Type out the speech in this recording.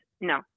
No